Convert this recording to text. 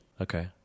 Okay